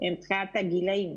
מבחינת הגילאים.